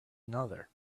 another